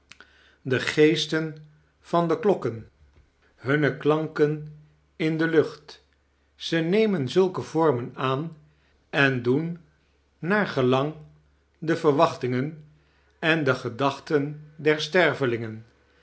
de geesten van de klokken hunne klanken in de lucht ze nemen zulke vormen aan en doen naar gelang de verwachtingen en de gedachten der stervelingen